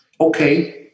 okay